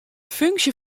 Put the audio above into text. funksje